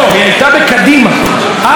אז היא עברה מן הליכוד לקדימה.